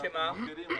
אנחנו מכירים.